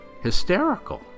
hysterical